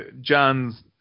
John's